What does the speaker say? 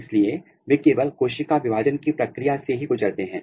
इसलिए वे केवल कोशिका विभाजन की प्रक्रिया से ही गुजरते हैं